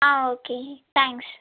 ah okay thanks